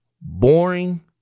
boring